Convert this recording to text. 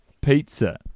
Pizza